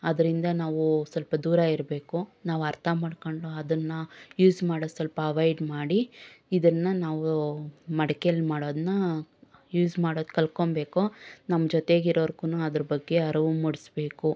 ಅದರಿಂದ ನಾವು ಸ್ವಲ್ಪ ದೂರ ಇರಬೇಕು ನಾವು ಅರ್ಥ ಮಾಡ್ಕೊಂಡು ಅದನ್ನು ಯೂಸ್ ಮಾಡೋದು ಸ್ವಲ್ಪ ಅವೈಡ್ ಮಾಡಿ ಇದನ್ನು ನಾವು ಮಡಿಕೆಲ್ಲಿ ಮಾಡೋದನ್ನು ಯೂಸ್ ಮಾಡೋದು ಕಲ್ಕೊಳ್ಬೇಕು ನಮ್ಮ ಜೊತೆಗಿರೋರಿಗೂನು ಅದರ ಬಗ್ಗೆ ಅರಿವು ಮೂಡಿಸಬೇಕು